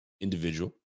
individual